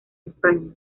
españa